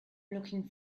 looking